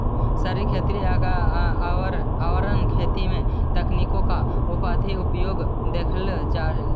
शहरी खेती या अर्बन खेती में तकनीकों का अधिक उपयोग देखल जा हई